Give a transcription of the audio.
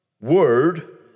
word